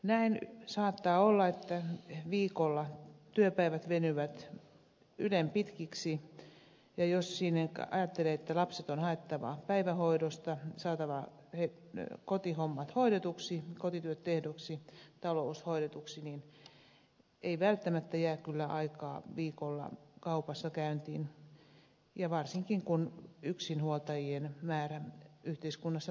näin saattaa olla että viikolla työpäivät venyvät ylen pitkiksi ja jos siinä ajattelee että lapset on haettava päivähoidosta saatava kotihommat hoidetuksi kotityöt tehdyksi talous hoidetuksi niin ei välttämättä jää kyllä aikaa viikolla kaupassa käyntiin varsinkaan yksinhuoltajana joiden määrä yhteiskunnassa lisääntyy